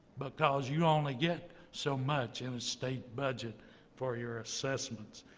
because you only get so much in a state budget for your assessments.